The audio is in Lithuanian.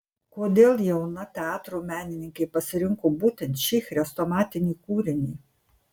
kodėl jauna teatro menininkė pasirinko būtent šį chrestomatinį kūrinį